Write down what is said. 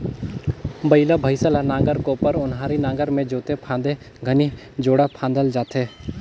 बइला भइसा ल नांगर, कोपर, ओन्हारी नागर मे जोते फादे घनी जोड़ा फादल जाथे